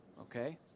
Okay